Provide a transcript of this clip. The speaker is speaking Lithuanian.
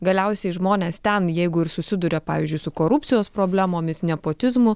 galiausiai žmonės ten jeigu ir susiduria pavyzdžiui su korupcijos problemomis nepotizmu